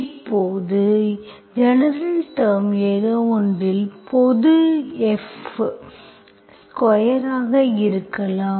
இப்போது general term ஏதோவொன்றின் பொது f ஸ்கொயர் ஆக இருக்கலாம்